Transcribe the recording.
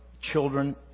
children